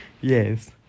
yes